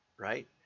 right